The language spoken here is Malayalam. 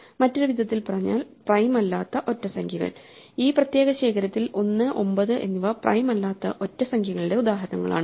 മറ്റൊരു വിധത്തിൽ പറഞ്ഞാൽ പ്രൈം അല്ലാത്ത ഒറ്റ സംഖ്യകൾ ഈ പ്രത്യേക ശേഖരത്തിൽ 1 9 എന്നിവ പ്രൈം അല്ലാത്ത ഒറ്റ സംഖ്യകളുടെ ഉദാഹരണങ്ങളാണ്